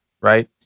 right